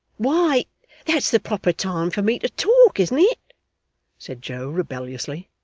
why that's the proper time for me to talk, isn't it said joe rebelliously.